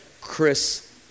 chris